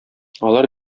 алар